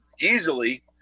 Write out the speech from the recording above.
easily